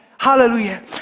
Hallelujah